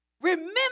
Remember